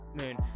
moon